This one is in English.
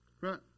Right